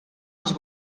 els